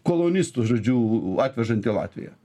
kolonistus žodžiu atvežant į latviją